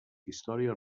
històries